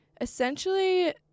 Essentially